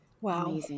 Wow